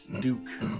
Duke